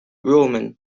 roman